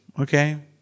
Okay